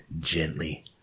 gently